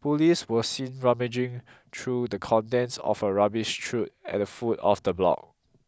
police were seen rummaging through the contents of a rubbish chute at the foot of the block